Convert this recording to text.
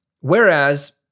Whereas